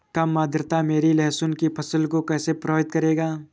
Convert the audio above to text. कम आर्द्रता मेरी लहसुन की फसल को कैसे प्रभावित करेगा?